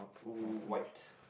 white